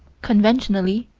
conventionally,